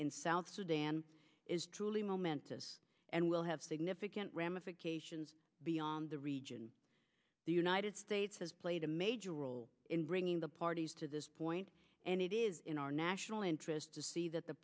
in south sudan is truly momentous and will have significant ramifications beyond the region the united states has played a major role in bringing the parties to this point and it is in our national interest to see that the